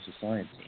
society